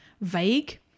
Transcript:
vague